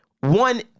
One